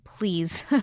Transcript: Please